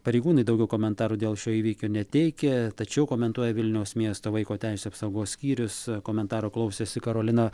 pareigūnai daugiau komentarų dėl šio įvykio neteikia tačiau komentuoja vilniaus miesto vaiko teisių apsaugos skyrius komentaro klausėsi karolina